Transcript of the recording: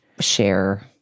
share